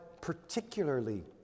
particularly